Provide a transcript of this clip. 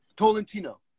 Tolentino